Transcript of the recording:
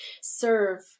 serve